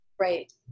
Right